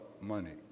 money